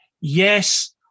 Yes